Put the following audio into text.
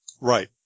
Right